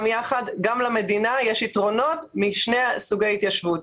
גם למדינה יש יתרונות משני סוגי ההתיישבות.